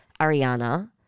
Ariana